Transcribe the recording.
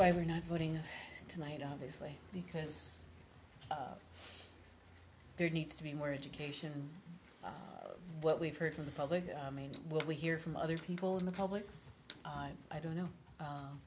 why we're not voting tonight obviously because of there needs to be more education what we've heard from the public i mean what we hear from other people in the public eye i don't know